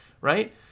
right